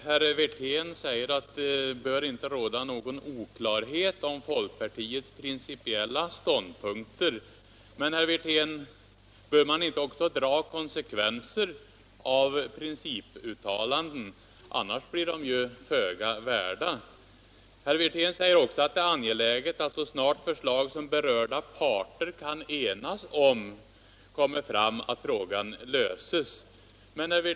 Herr talman! Herr Wirtén säger att det inte bör råda någon oklarhet om folkpartiets principiella ståndpunkter. Men, herr Wirtén, bör man inte också dra konsekvenser av principuttalanden? Annars blir de ju av föga värde. Herr Wirtén säger också att det är angeläget att frågan löses så snart förslag kommer fram som berörda parter kan enas om.